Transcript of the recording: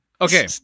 Okay